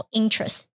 interest